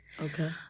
Okay